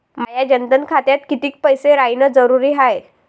माया जनधन खात्यात कितीक पैसे रायन जरुरी हाय?